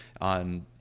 on